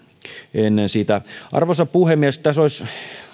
ennen sitä arvoisa puhemies tässä olisi